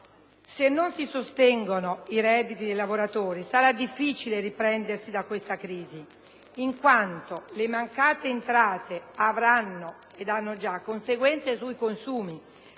Se non si sostengono i redditi dei lavoratori sarà difficile riprendersi da questa crisi, in quanto le mancate entrate hanno già e avranno conseguenze sui consumi,